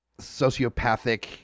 sociopathic